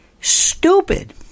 stupid